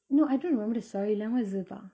no I don't remember the story like what was it about